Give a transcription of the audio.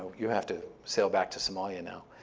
you have to sail back to somalia now.